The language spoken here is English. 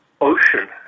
ocean